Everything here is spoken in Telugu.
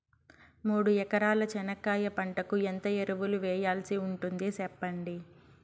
మూడు ఎకరాల చెనక్కాయ పంటకు ఎంత ఎరువులు వేయాల్సి ఉంటుంది సెప్పండి?